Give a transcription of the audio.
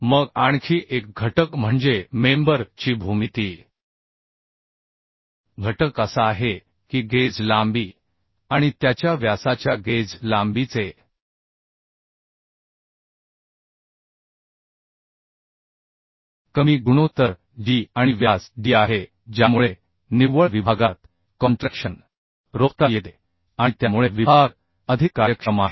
मग आणखी एक घटक म्हणजे मेंबर ची भूमिती घटक असा आहे की गेज लांबी आणि त्याच्या व्यासाच्या गेज लांबीचे कमी गुणोत्तर g आणि व्यास d आहे ज्यामुळे निव्वळ विभागात कॉन्ट्रॅक्शन रोखता येते आणि त्यामुळे ते अधिक कार्यक्षम आहे